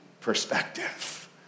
perspective